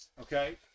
okay